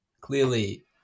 clearly